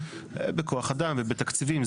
בכוח אדם ובתקציבים.